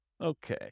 Okay